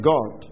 God